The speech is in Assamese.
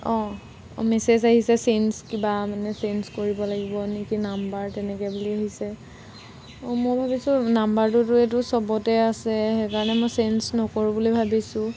অঁ অঁ মেছেজ আহিছে চেঞ্জ কিবা মানে চেঞ্জ কৰিব লাগিব নেকি নাম্বাৰ তেনেকৈ বুলি আহিছে অঁ মই ভাবিছোঁ নাম্বাৰটোতো এইটো চবতে আছে সেইকাৰণে মই চেঞ্জ নকৰোঁ বুলি ভাবিছোঁ